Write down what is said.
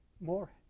more